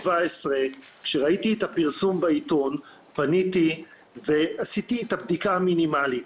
כשראיתי את הפרסום בעיתון פניתי ועשיתי את הבדיקה המינימלית.